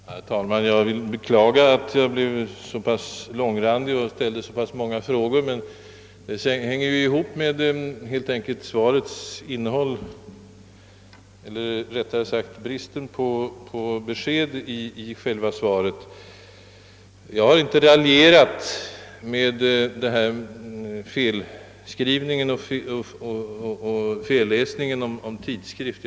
Herr talman! Jag vill först gärna beklaga att jag blev så pass utförlig och ställde så många frågor som jag gjorde. Detta hänger dock helt enkelt ihop med innehållet eller rättare sagt bristen på besked på en rad punkter i svaret på min interpellation. Jag har inte »raljerat» över den felskrivning, som förekom genom ordet »tidskrift».